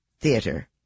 theater